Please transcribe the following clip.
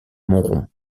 montrond